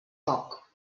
poc